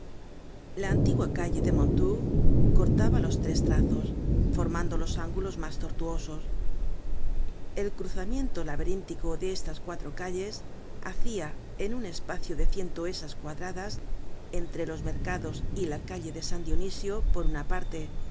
la antigua calle mondetour cortaba los tres trazos formando los ángulos mas tortuosos el cruzamiento laberíntico de estas cuatro calles hacia en un espacio de cien toesas cuadradas entre los mercados y la calle de san dionisio por una parte